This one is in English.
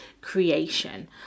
creation